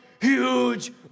huge